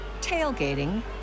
tailgating